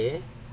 oh okay